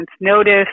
notice